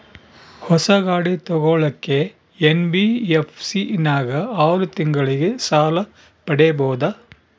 ಹೊಸ ಗಾಡಿ ತೋಗೊಳಕ್ಕೆ ಎನ್.ಬಿ.ಎಫ್.ಸಿ ನಾಗ ಆರು ತಿಂಗಳಿಗೆ ಸಾಲ ಪಡೇಬೋದ?